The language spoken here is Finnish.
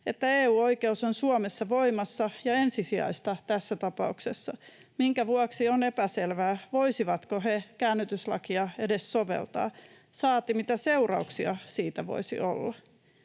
että EU-oikeus on Suomessa voimassa ja ensisijaista tässä tapauksessa, minkä vuoksi on epäselvää, voisivatko he käännytyslakia edes soveltaa, saati, mitä seurauksia siitä voisi olla.